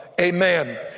amen